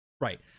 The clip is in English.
right